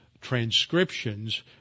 transcriptions